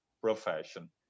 profession